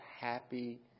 happy